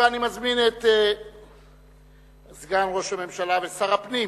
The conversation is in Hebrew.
ואני מזמין את סגן ראש הממשלה ושר הפנים